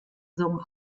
song